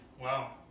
Wow